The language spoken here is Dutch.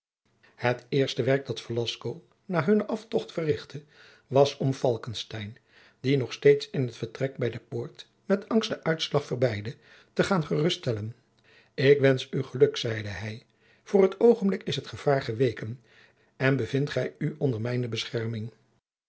het eerste werk dat velasco na hunnen aftocht verrichtte was om falckestein die nog steeds in het vertrek bij de poort met angst den uitslag verbeidde te gaan geruststellen ik wensch u geluk zeide hij voor t oogenblik is het gevaar geweken en bevindt gij u onder mijne bescherming